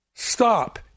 stop